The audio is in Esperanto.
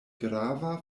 grava